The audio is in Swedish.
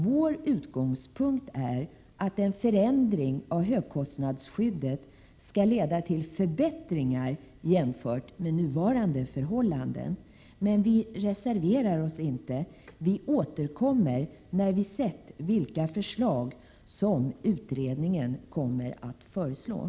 Vår utgångspunkt är att en förändring av högkostnadsskyddet skall leda till förbättringar jämfört med nuvarande förhållanden. Men vi reserverar oss inte, utan vi återkommer när vi sett utredningens förslag.